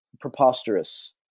preposterous